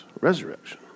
resurrection